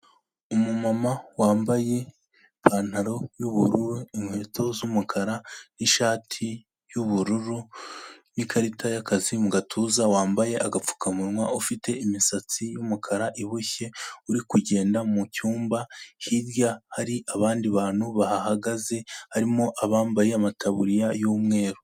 Umumama wambaye ipantaro y'ubururu, inkweto z'umukara n'ishati y'ubururu n'ikarita y'akazi mu gatuza, wambaye agapfukamunwa ufite imisatsi y'umukara iboshye, uri kugenda mu cyumba, hirya hari abandi bantu bahahagaze harimo abambaye amataburiya y'umweru.